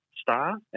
star